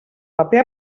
paper